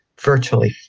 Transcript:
virtually